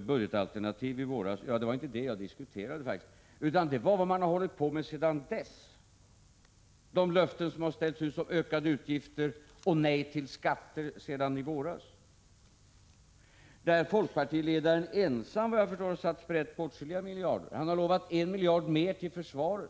budgetalternativ i våras. Men det var faktiskt inte detta som jag diskuterade, utan det var vad man har hållit på med sedan dess. Det gäller de löften som sedan i våras har getts om ökade utgifter och nej till skatter, där folkpartiledaren vad jag förstår ensam har satt sprätt på åtskilliga miljarder. Han har lovat 1 miljard mer till försvaret.